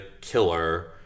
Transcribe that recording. killer